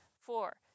Four